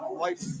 life